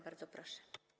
Bardzo proszę.